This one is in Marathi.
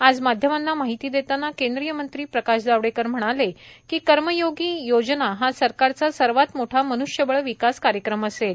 आज माध्यमांना माहिती देताना केंद्रीय मंत्री प्रकाश जावडेकर म्हणाले की कर्मयोगी योजना हा सरकारचा सर्वात मोठा मन्ष्यबळ विकास कार्यक्रम असेल